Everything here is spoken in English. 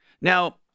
Now